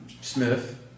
Smith